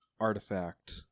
artifact